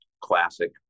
classic